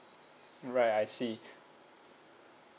right I see